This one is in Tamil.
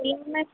என் மேம்